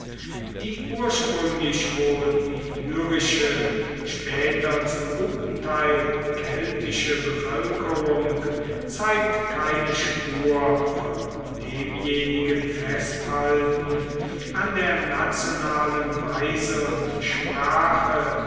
die ursprünglich wohl illyrische später zum guten teil keltische bevölkerung zeigt keine spur von demjenigen festhalten an der nationalen weise und sprache